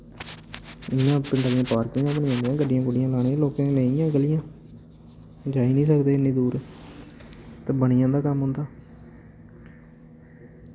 इ'यां पार्किंग गड्डियां गुड्डियां लाने लोकें दे नेईं ऐ गलियां जाई निं सकदे इन्नी दूर ते बनी जंदा कम्म उं'दा